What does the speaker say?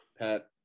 Pat